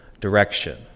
direction